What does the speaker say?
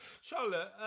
Charlotte